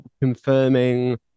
confirming